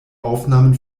aufnahmen